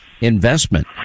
investment